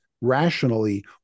rationally